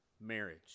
marriage